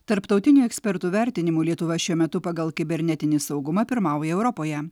tarptautinių ekspertų vertinimu lietuva šiuo metu pagal kibernetinį saugumą pirmauja europoje